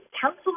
council